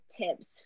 tips